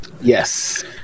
Yes